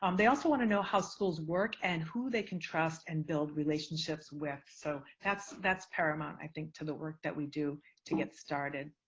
um they also want to know how schools work and who they can trust and build relationships with. so that's that's paramount, i think, to the work that we do to get started.